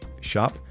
shop